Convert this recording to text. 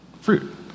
fruit